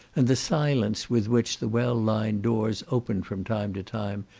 and the silence with which the well-lined doors opened from time to time,